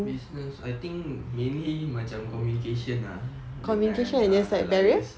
business I think mainly macam communication ah dengan ah like liaise